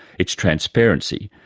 its transparency,